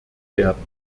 werden